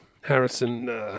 Harrison –